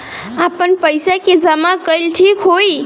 आपन पईसा के जमा कईल ठीक होई?